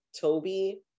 Toby